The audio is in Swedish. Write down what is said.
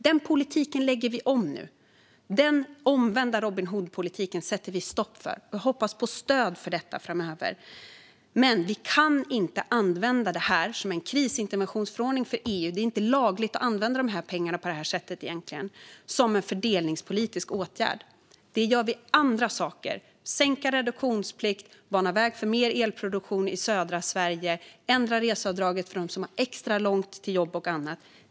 Den politiken lägger vi nu om. Den omvända Robin Hood-politiken sätter vi stopp för. Jag hoppas på stöd för detta framöver. Men vi kan inte använda detta som en krisinterventionsförordning i EU. Det är inte lagligt att använda de pengarna på det sättet egentligen som en fördelningspolitisk åtgärd. Vi gör andra saker. Det handlar om att sänka reduktionsplikten, bana väg för mer elproduktion i södra Sverige och ändra reseavdraget för dem som har extra långt till jobb och annat.